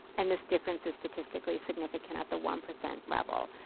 and this difference is statistically significant at the one percent level.